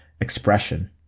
expression